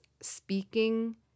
speaking